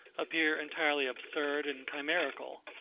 appear entirely absurd and chimerical.